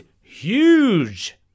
huge